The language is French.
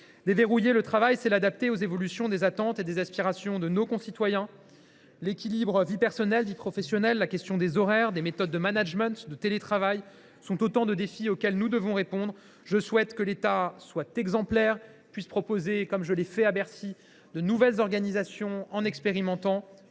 Déverrouiller le travail, c’est l’adapter aux évolutions des attentes et des aspirations de nos concitoyens. L’équilibre entre vie personnelle et vie professionnelle, la question des horaires, celle des méthodes de management et celle du télétravail sont autant de défis auxquels nous devons répondre. Je souhaite que l’État soit exemplaire et puisse proposer, comme je l’ai fait à Bercy, de nouvelles organisations pour nos